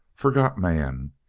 forgot man.